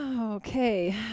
Okay